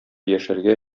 яшәргә